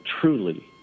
truly